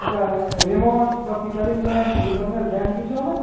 আচ্ছা রেমন্ডস বা Peter England এই ধরণের ব্র্যান্ড কিছু হবে